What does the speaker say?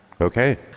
Okay